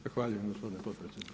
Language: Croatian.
Zahvaljujem gospodine potpredsjedniče.